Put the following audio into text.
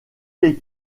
les